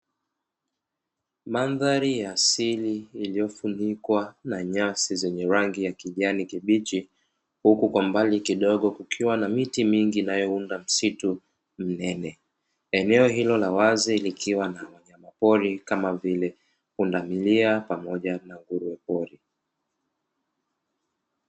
Mandhari ya asili iliyofunikwa na nyasi zenye rangi ya kijani kibichi, huku kwa mbali kidogo kukiwa na miti mingi inayounda msitu mnene. Eneo hilo la wazi likiwa na wanyama pori kama vile punda milia pamoja na nguruwe pori.